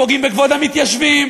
פוגעים בכבוד המתיישבים,